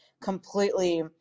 completely